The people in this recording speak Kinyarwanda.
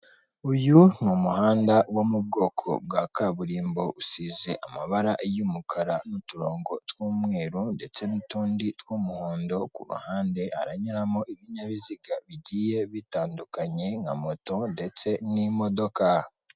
Uyu ni umuhanda wo mu bwoko bwa kaburimbo usize amabara y'umukara n'uturongo tw'umweru, ndetse n'utundi tw'umuhondo. Ku ruhande hanyuramo ibinyabiziga bigiye bitandukanye nka moto ndetse n'imodoka.